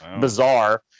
bizarre